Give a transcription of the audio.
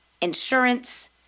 insurance